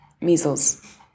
measles